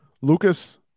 Lucas